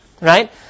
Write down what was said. Right